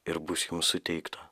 ir bus jums suteikta